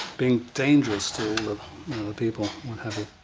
being dangerous to all the people, what have